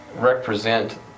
represent